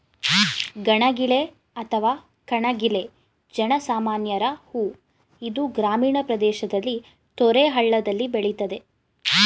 ಗಣಗಿಲೆ ಅಥವಾ ಕಣಗಿಲೆ ಜನ ಸಾಮಾನ್ಯರ ಹೂ ಇದು ಗ್ರಾಮೀಣ ಪ್ರದೇಶದಲ್ಲಿ ತೊರೆ ಹಳ್ಳದಲ್ಲಿ ಬೆಳಿತದೆ